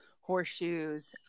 horseshoes